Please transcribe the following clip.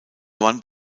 gewann